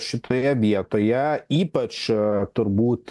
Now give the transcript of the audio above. šitoje vietoje ypač turbūt